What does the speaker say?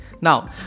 Now